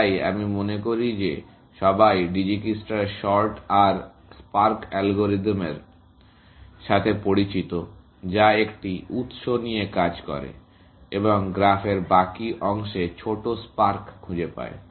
তাই আমি মনে করি যে সবাই ডিজিকিস্ট্রার শর্টআর স্পার্ক অ্যালগরিদমের Dijikistra's shorter spark algorithm সাথে পরিচিত যা একটি একক উত্স নিয়ে কাজ করে এবং গ্রাফের বাকি অংশে ছোট স্পার্ক খুঁজে পায়